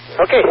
Okay